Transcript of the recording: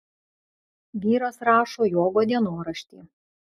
vyras rašo jogo dienoraštį